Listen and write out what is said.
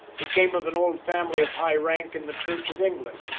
he came of an old family of high rank in the church of england,